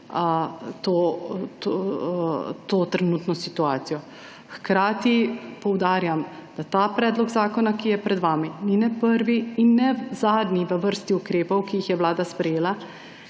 to trenutno situacijo. Hkrati poudarjam, da ta predlog zakona, ki je pred vami ni ne prvi in ne zadnji v vrsti ukrepov, ki jih je vlada sprejela,